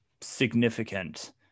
significant